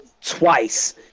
twice